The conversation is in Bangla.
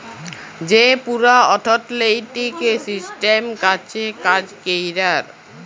যে পুরা অথ্থলৈতিক সিসট্যাম আছে কাজ ক্যরার